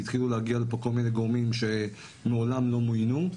והתחילו להגיע לפה כל מיני גורמים שמעולם לא מוינו,